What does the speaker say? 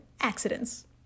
accidents